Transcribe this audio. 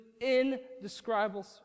indescribable